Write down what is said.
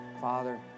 Father